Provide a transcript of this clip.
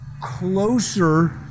closer